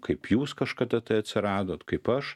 kaip jūs kažkada tai atsiradot kaip aš